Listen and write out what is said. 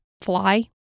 fly